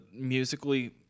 musically